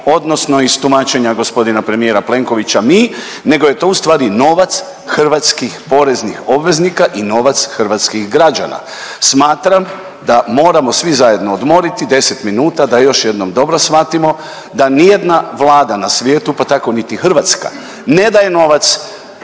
odnosno iz tumačenja gospodina premijera Plenkovića mi, nego je to ustvari novac hrvatskih poreznih obveznika i novac hrvatskih građana? Smatram da moramo svi zajedno odmoriti 10 minuta da još jednom dobro shvatimo da ni jedna vlada na svijetu, pa tako niti hrvatska ne daje novac